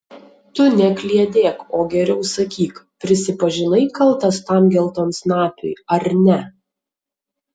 tu nekliedėk o geriau sakyk prisipažinai kaltas tam geltonsnapiui ar ne